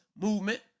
movement